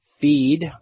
feed